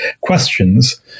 questions